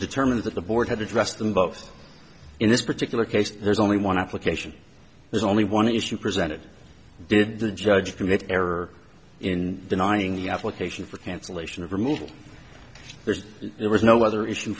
determined that the board had addressed them both in this particular case there's only one application there's only one issue presented did the judge commit error in denying the application for cancellation of removal there's there was no other issue